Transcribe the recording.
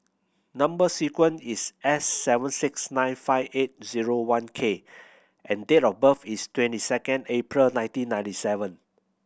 number sequence is S seven six nine five eight one zero K and date of birth is twenty second April nineteen ninety seven